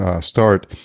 start